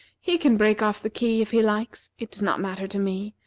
he can break off the key if he likes. it does not matter to me.